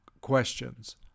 questions